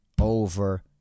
over